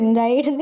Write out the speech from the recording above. right